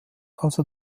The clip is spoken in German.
also